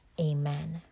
amen